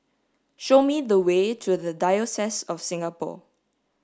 show me the way to The Diocese of Singapore